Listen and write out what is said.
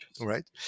Right